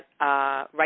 right